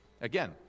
Again